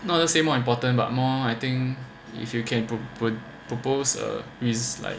not to say more important but more I think if you can propose to propose is like